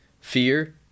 fear